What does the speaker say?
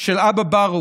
של אבא ברוך,